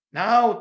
now